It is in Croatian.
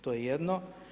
To je jedno.